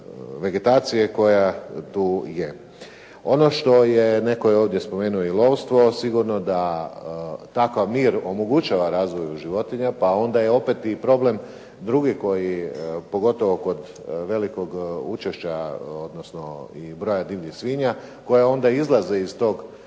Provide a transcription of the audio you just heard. koja tu je. Ono što je, netko je ovdje spomenuo i lovstvo. Sigurno da takav mir omogućava razvoju životinja, pa onda je opet problem i drugi pogotovo kod velikog učešća odnosno i broja divljih svinja koje onda izlaze iz tog